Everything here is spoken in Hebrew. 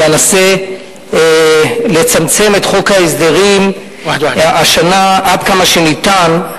שאני אנסה לצמצם את חוק ההסדרים השנה עד כמה שניתן.